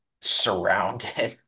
surrounded